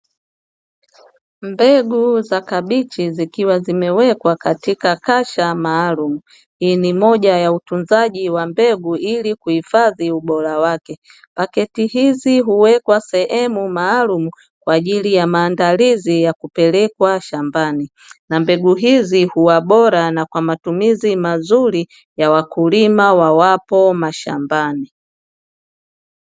Mbegu za kabichi zikiwa zimewekwa katika kasha maalumu, hii ni moja ya utunzaji wa mbegu ili kuhifadhi ubora wake. Pakiti hizi huwekwa sehemu maalumu kwa ajili ya maandalizi ya kupelekwa shambani, na mbegu hizi huwa bora na kwa matumizi mazuri ya wakulima wawapo mashambani.